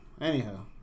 Anyhow